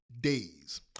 days